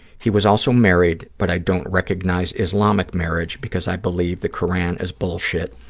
he was also married, but i don't recognize islamic marriage because i believe the koran is bullshit,